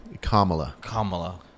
Kamala